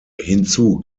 hinzu